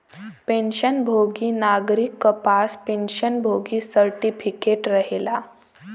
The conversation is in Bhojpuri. पेंशन भोगी नागरिक क पास पेंशन भोगी सर्टिफिकेट रहेला